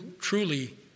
truly